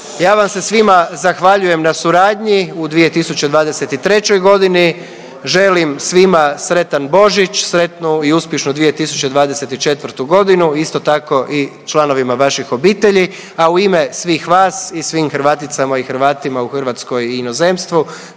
Ja vam se svima zahvaljujem na suradnji u 2023. godini. Želim svima sretan Božić, sretnu i uspješnu 2024. godinu. Isto tako i članovima vaših obitelji, a u ime svih vas i svim Hrvaticama i Hrvatima u Hrvatskoj i inozemstvu